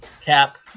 Cap